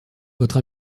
votre